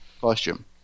costume